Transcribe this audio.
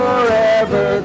Forever